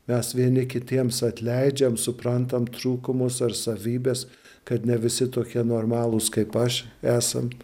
mes vieni kitiems atleidžiam suprantam trūkumus ar savybes kad ne visi tokie normalūs kaip aš esant